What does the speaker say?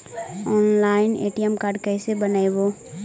Online ATM card कैसे बनाबौ?